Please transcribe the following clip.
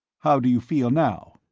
how do you feel now?